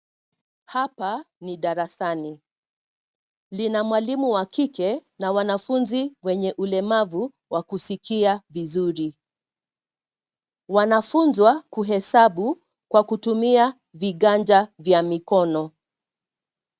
Hapa ni darasani, lina mwalimu wa kike na wanafunzi wenye ulemavu wa kusikia vizuri. Wanafunzwa kuhesabu kwa kutumia viganja vya mikono.